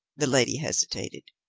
the lady hesitated.